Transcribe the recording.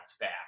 back